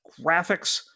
graphics